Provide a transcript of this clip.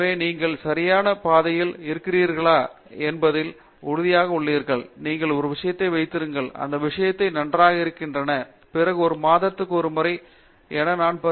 எனவே நீங்கள் சரியான பாதையில் இருக்கிறீர்கள் என்பதில் உறுதியாக உள்ளீர்கள் நீங்கள் ஒரு விஷயத்தை வைத்திருங்கள் அந்த விஷயங்கள் நன்றாக நகர்கின்றன பிறகு ஒரு மாதத்திற்கு ஒருமுறை நான் பரிந்துரைக்கிறேன் என்று உங்களுக்குத் தெரியும்